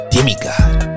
Demigod